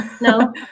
No